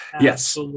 yes